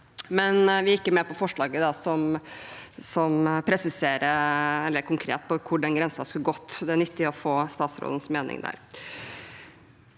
men vi er ikke med på forslaget som presiserer konkret hvor den grensen skulle gått. Det er nyttig å få statsrådens mening der.